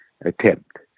attempt